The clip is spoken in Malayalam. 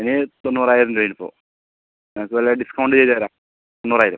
അതിന് തൊണ്ണൂറായിരം രൂപയാണ് ഇപ്പോൾ നിങ്ങൾക്ക് വല്ലതും ഡിസ്കൗണ്ട് ചെയ്തു തരാം തൊണ്ണൂറായിരം